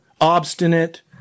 Obstinate